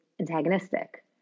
antagonistic